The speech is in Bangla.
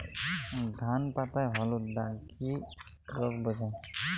ধান পাতায় হলুদ দাগ কি রোগ বোঝায়?